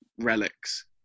Relics